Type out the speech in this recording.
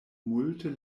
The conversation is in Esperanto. multe